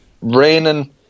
raining